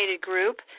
group